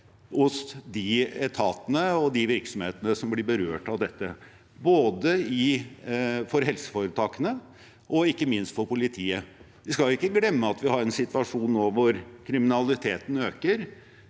i de etatene og virksomhetene som blir berørt av dette – både i helseforetakene og ikke minst i politiet. Vi skal ikke glemme at vi nå har en situasjon hvor kriminaliteten øker.